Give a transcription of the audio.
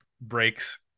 breaks